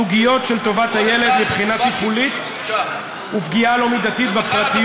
מתחת לגיל עשר או חסר ישע ומטפלו,